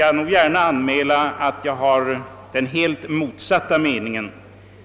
Jag vill gärna anmäla att jag har den helt motsatta meningen.